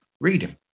reading